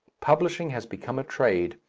publishing has become a trade,